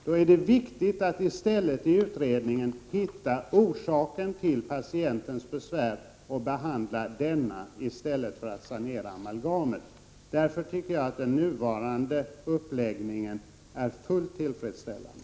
Då är det viktigt att i stället i utredningen hitta orsaken till patientens besvär och behandla dessa i stället för att sanera amalgamet. Därför tycker jag att den nuvarande uppläggningen är fullt tillfredsställande.